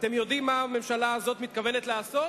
אתם יודעים מה הממשלה הזאת מתכוונת לעשות?